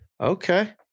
Okay